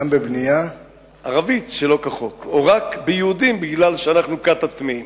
או רק בבנייה יהודית, בגלל שאנחנו כת הטמאים?